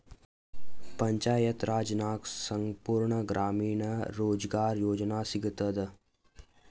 ಪಂಚಾಯತ್ ರಾಜ್ ನಾಗ್ ಸಂಪೂರ್ಣ ಗ್ರಾಮೀಣ ರೋಜ್ಗಾರ್ ಯೋಜನಾ ಸಿಗತದ